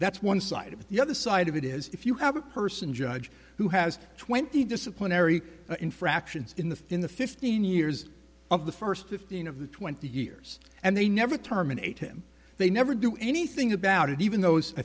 that's one side of it the other side of it is if you have a person judge who has twenty disciplinary infractions in the in the fifteen years of the first fifteen of the twenty years and they never terminate him they never do anything about it even